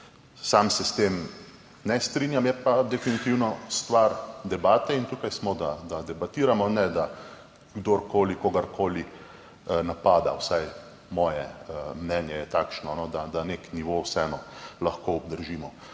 sam se s tem ne strinjam, je pa definitivno stvar debate. Tukaj smo, da debatiramo, ne da kdorkoli kogarkoli napada, vsaj moje mnenje je takšno, da nek nivo vseeno lahko obdržimo.